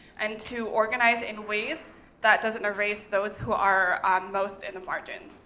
and to organize in ways that doesn't erase those who are most in the margin,